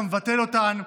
אתה מבטל אותן.